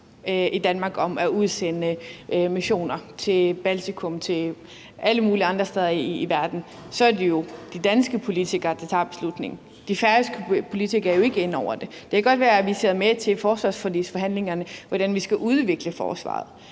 i Danmark om at udsende missioner til Baltikum og til alle mulige andre steder i verden, så er det de danske politikere, der tager beslutningen? De færøske politikere er jo ikke inde over det. Det kan godt være, at vi sidder med til forsvarsforligsforhandlingerne om, hvordan vi skal udvikle forsvaret.